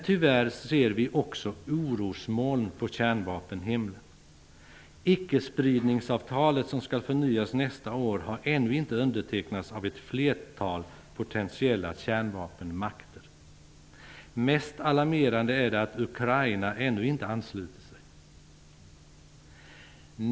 Tyvärr ser vi också orosmoln på kärnvapenhimlen. Icke-spridningsavtalet, som skall förnyas nästa år, har ännu inte undertecknats av ett flertal potentiella kärnvapenmakter. Mest alarmerande är det att Ukraina ännu inte anslutit sig.